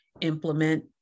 implement